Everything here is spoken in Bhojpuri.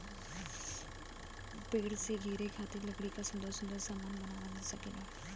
पेड़ से घरे खातिर लकड़ी क सुन्दर सुन्दर सामन बनवा सकेला